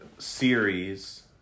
Series